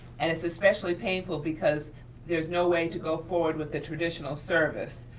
and it's especially painful because there's no way to go forward with the traditional service.